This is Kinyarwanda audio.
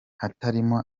hatarimo